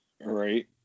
Right